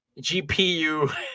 GPU